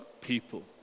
people